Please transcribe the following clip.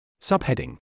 Subheading